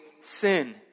sin